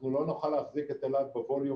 אנחנו לא נוכל להחזיק את אילת בחורף בווליום